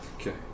Okay